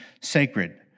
sacred